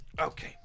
Okay